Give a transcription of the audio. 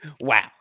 Wow